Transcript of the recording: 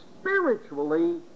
spiritually